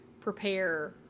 prepare